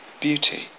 beauty